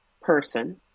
person